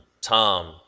Tom